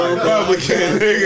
Republican